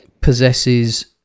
possesses